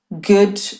good